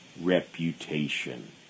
reputation